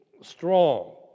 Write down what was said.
strong